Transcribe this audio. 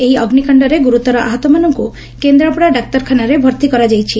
ଏହି ଅଗ୍ନିକାଶ୍ଡରେ ଗୁରୁତର ଆହତମାନଙ୍କୁ କେନ୍ଦାପଡା ଡାକ୍ତରଖାନାରେ ଭର୍ତ୍ତି କରାଯାଇଛି